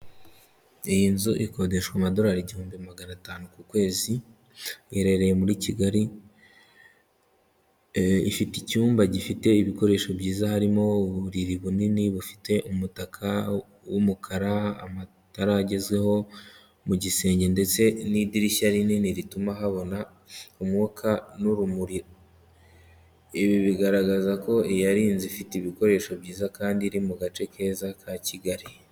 Iyi nzu ikodeshwa amadolari igihumbi magana atanu ku kwezi, Iherereye muri Kigali. Ifite icyumba gifite ibikoresho byiza, harimo uburiri bunini bufite umutaka w'umukara, amatara agezweho mu gisenge ndetse n'idirishya rinini rituma habona umwuka n'urumuri. Ibi bigaragaza ko iyi ari inzu ifite ibikoresho byiza kandi iri mu gace keza ka Kigali.